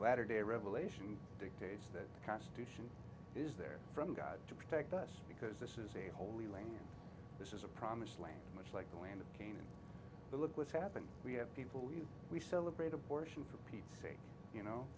latter day revelation dictates that the constitution is there from god to protect us because this is a holy land this is a promised land much like the land of canaan but look what's happened we have people here we celebrate abortion for pete's sake